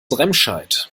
remscheid